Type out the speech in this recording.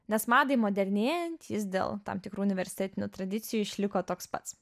nes madai modernėjant jis dėl tam tikrų universitetinių tradicijų išliko toks pats